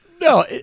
No